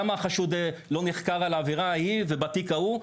למה החשוד לא נחקר על העבירה ההיא ובתיק ההוא,